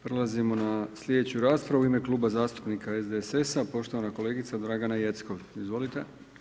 Prelazimo na slijedeću raspravu, u ime Kluba zastupnika SDSS-a, poštovana kolegica Dragana Jeckov, izvolite.